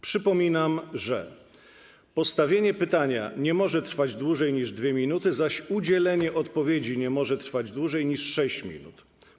Przypominam, że postawienie pytania nie może trwać dłużej niż 2 minuty, zaś udzielenie odpowiedzi nie może trwać dłużej niż 6 minut.